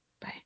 Bye